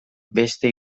beste